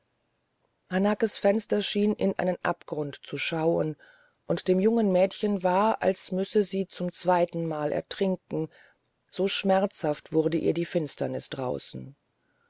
hanakes fenster schienen in einen abgrund zu schauen und dem jungen mädchen war als müsse sie zum zweitenmal ertrinken so schmerzhaft wurde ihr die finsternis draußen